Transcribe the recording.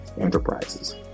enterprises